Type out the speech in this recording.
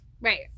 Right